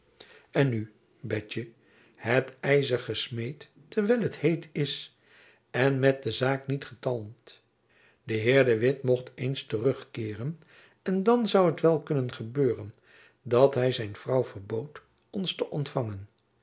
en nu betjen het ijzer gesmeed terwijl het heet is en met de zaak niet getalmd de heer de witt mocht eens terug keeren en dan zoû het wel kunnen gebeuren dat hy zijn vrouw verbood ons te ontfangen